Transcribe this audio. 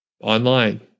online